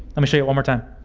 let me show you one more time.